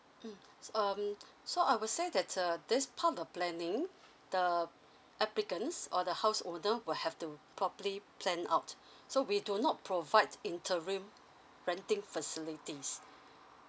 mm s~ um so I would say that err this part of planning the applicants or the house owner will have to properly plan out so we do not provide interim renting facilities